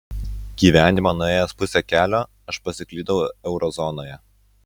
gyvenimo nuėjęs pusę kelio aš pasiklydau eurozonoje